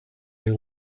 they